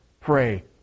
pray